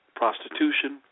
prostitution